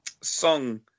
song